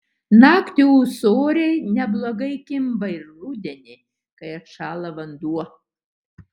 naktį ūsoriai neblogai kimba ir rudenį kai atšąla vanduo